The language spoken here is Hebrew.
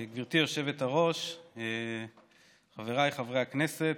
גברתי היושבת-ראש, חבריי חברי הכנסת,